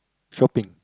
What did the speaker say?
shopping